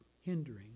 hindering